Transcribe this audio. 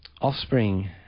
offspring